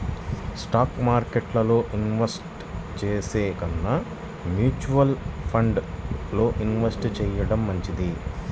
stock మార్కెట్టులో invest చేసే కన్నా మ్యూచువల్ ఫండ్స్ లో ఇన్వెస్ట్ చెయ్యడం మంచిది